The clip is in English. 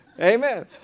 Amen